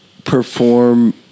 perform